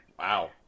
Wow